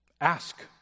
Ask